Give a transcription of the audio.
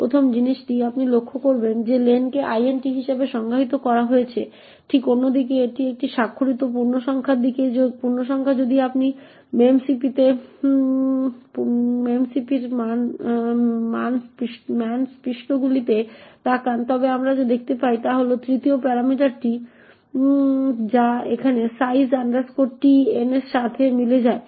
প্রথম জিনিসটি আপনি লক্ষ্য করবেন যে লেনকে int হিসাবে সংজ্ঞায়িত করা হয়েছে ঠিক অন্যদিকে এটি একটি স্বাক্ষরিত পূর্ণসংখ্যা যদি আপনি memcpy এর ম্যান পৃষ্ঠাগুলিতে তাকান তবে আমরা যা দেখতে পাব তা হল 3য় প্যারামিটার যা এখানে size t n এর সাথে মিলে যায়